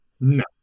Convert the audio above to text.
no